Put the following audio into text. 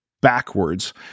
backwards